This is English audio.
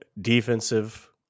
defensive